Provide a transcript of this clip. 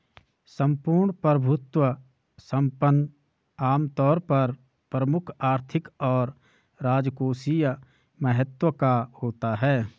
सम्पूर्ण प्रभुत्व संपन्न आमतौर पर प्रमुख आर्थिक और राजकोषीय महत्व का होता है